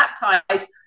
baptized